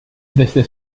desde